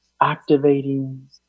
activating